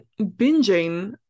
binging